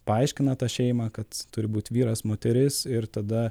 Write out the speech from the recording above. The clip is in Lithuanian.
paaiškina tą šeimą kad turi būt vyras moteris ir tada